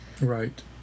Right